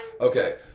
Okay